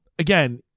Again